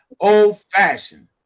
old-fashioned